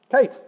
Kate